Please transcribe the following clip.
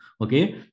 Okay